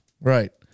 Right